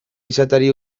izateari